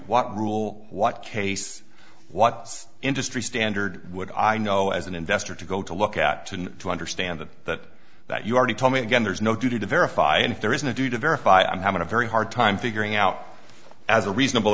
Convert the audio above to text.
what rule what case what industry standard would i know as an investor to go to look at and to understand that that you already told me again there's no duty to verify if there is no duty to verify i'm having a very hard time figuring out as a reasonable